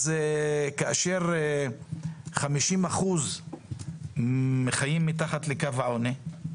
כאשר 50% חיים מתחת לקו העוני,